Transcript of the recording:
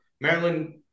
Maryland